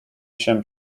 się